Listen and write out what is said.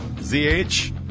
Z-H